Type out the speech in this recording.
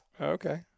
Okay